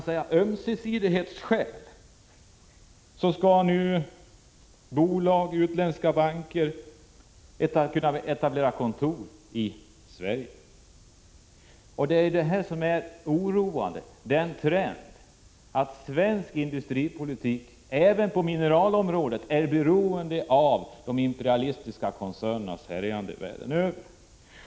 Av ömsesidighetsskäl skall nu bolag och utländska banker etablera kontor i Sverige. Detta är oroande. Trenden är att svensk industripolitik även på mineralområdet blir beroende av de imperialistiska koncernernas härjande världen över.